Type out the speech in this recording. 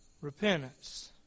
Repentance